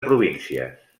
províncies